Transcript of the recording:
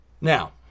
now